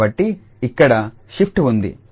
కాబట్టి ఇక్కడ షిఫ్ట్ ఉంది 𝑡−𝜏